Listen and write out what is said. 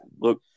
Look